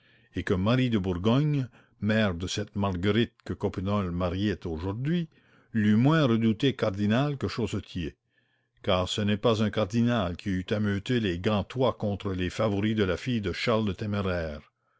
et que marie de bourgogne mère de cette marguerite que coppenole mariait aujourd'hui l'eût moins redouté cardinal que chaussetier car ce n'est pas un cardinal qui eût ameuté les gantois contre les favoris de la fille de charles le téméraire